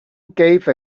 gave